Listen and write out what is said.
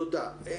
תודה רבה.